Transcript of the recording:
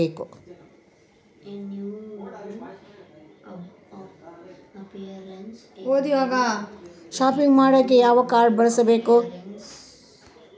Shopping ಮಾಡಾಕ ಯಾವ card ಬಳಸಬೇಕು?